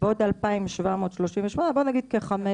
ועוד 2,738, אז בואי נגיד כ-5,000.